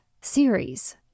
series